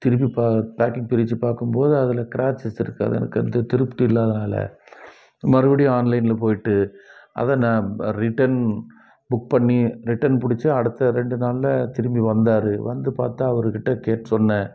திரும்பி பேக்கிங் பிரித்து பார்க்கும்போது அதில் கிராச்சஸ் இருக்கு அது எனக்கு திருப்தி இல்லாததினால மறுபுடியும் ஆன்லைனில் போய்ட்டு அதை நான் ரிட்டர்ன் புக் பண்ணி ரிட்டர்ன் பிடிச்சி அடுத்த ரெண்டு நாளில் திரும்பி வந்தார் வந்து பார்த்தா அவர்கிட்டே சொன்னேன்